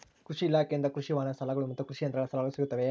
ಕೃಷಿ ಇಲಾಖೆಯಿಂದ ಕೃಷಿ ವಾಹನ ಸಾಲಗಳು ಮತ್ತು ಕೃಷಿ ಯಂತ್ರಗಳ ಸಾಲಗಳು ಸಿಗುತ್ತವೆಯೆ?